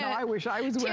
i wish i was.